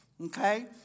Okay